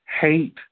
hate